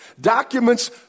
documents